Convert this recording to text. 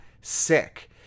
sick